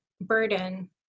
burden